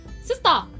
Sister